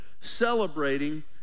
celebrating